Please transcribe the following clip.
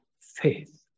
faith